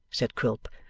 said quilp,